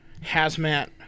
hazmat